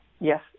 Yes